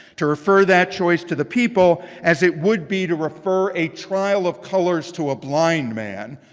to refer that choice to the people as it would be to refer a trial of colors to a blind man.